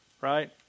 Right